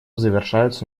завершаются